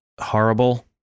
horrible